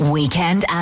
Weekend